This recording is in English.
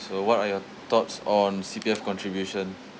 so what are your thoughts on C_P_F contribution